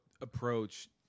approach